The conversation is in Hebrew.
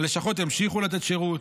הלשכות ימשיכו לתת שירות,